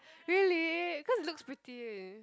really cause it looks pretty